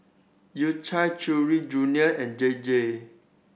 U Cha Chewy Junior and J J